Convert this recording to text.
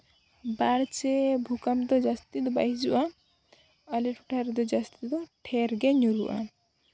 ᱵᱟᱲ ᱪᱮ ᱵᱷᱩᱠᱟᱢ ᱫᱚ ᱡᱟᱹᱥᱛᱤ ᱫᱚ ᱵᱟᱭ ᱦᱤᱡᱩᱜᱼᱟ ᱟᱞᱮ ᱴᱚᱴᱷᱟ ᱨᱮᱫᱚ ᱡᱟᱹᱥᱛᱤ ᱫᱚ ᱴᱷᱮᱹᱨ ᱜᱮ ᱧᱩᱨᱦᱩᱜᱼᱟ